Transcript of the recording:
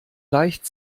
leicht